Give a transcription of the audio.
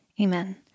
Amen